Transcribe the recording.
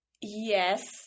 yes